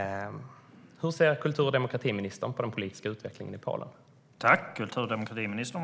Hur ser kultur och demokratiministern på den politiska utvecklingen i Polen?